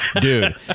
dude